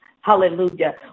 Hallelujah